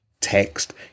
text